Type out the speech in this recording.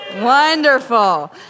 wonderful